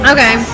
Okay